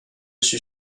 suis